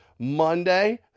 Monday